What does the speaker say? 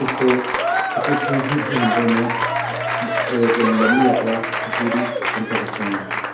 इस से कुछ ही घंटों में एक लम्बी यात्रा पुरी हम कर सकते हैं